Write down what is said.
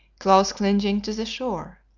close clinging to the shore.